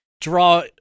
draw